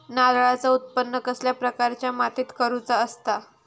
नारळाचा उत्त्पन कसल्या प्रकारच्या मातीत करूचा असता?